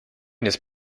this